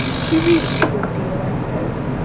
she reads a good deal, i suppose?